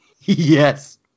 Yes